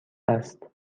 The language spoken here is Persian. است